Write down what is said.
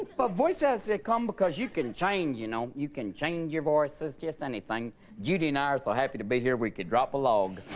but voices they come because you can change you know you can change your voices just anything judy and i are so happy to be here. we could drop a log